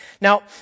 Now